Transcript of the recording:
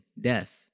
death